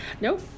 Nope